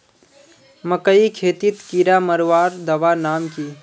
मकई खेतीत कीड़ा मारवार दवा नाम की?